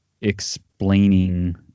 explaining